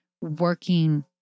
working